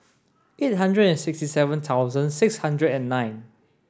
eight hundred and sixty seven thousand six hundred and nine